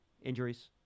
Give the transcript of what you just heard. Injuries